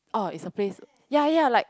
orh it's a place ya ya like